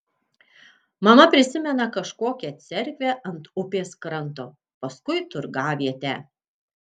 mama prisimena kažkokią cerkvę ant upės kranto paskui turgavietę